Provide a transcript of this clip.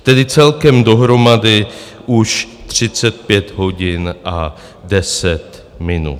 Tedy celkem dohromady už 35 hodin a 10 minut.